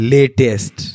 Latest